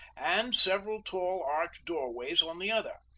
and several tall arched doorways on the other.